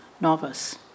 novice